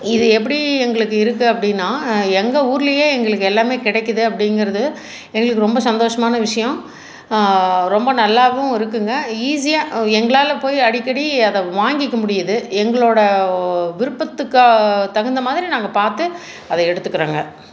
இது எப்படி எங்களுக்கு இருக்கு அப்படின்னா எங்கள் ஊர்லேயே எங்களுக்கு எல்லாம் கெடைக்குது அப்டிங்கிறது எங்களுக்கு ரொம்ப சந்தோஷமான விஷயம் ரொம்ப நல்லாவும் இருக்குங்க ஈஸியாக எங்களால் போய் அடிக்கடி அதை வாங்கிக்க முடியுது எங்களோட விருப்பத்துக்கு தகுந்தமாதிரி நாங்கள் பார்த்து அதை எடுத்துக்குறோங்க